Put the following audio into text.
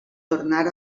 tornar